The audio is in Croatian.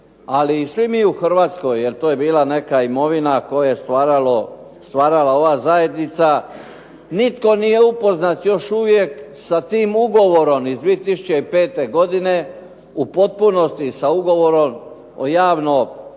ali i svi mi u Hrvatskoj jer to je bila neka imovina koje je stvarala ova zajednica nitko nije upoznat još uvijek sa tim ugovorom iz 2005. godine u potpunosti sa ugovorom o javno-privatno